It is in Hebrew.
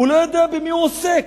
הוא לא יודע במי הוא עוסק.